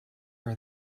are